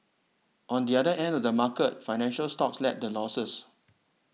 on the other end of the market financial stocks led the losses